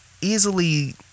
Easily